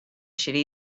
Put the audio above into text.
should